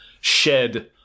shed